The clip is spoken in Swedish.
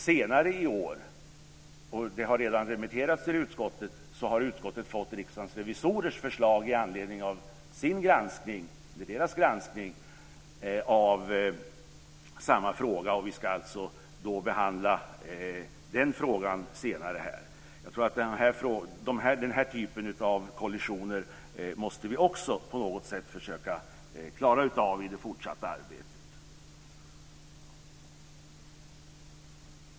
Senare i år har utskottet fått - det har redan remitterats till utskottet - Riksdagens revisorers förslag i anledning av deras granskning av samma fråga. Vi ska alltså behandla den frågan senare. Denna typ av kollisioner måste vi på något sätt försöka klara av i det fortsatta arbetet.